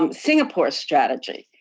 um singapore's strategy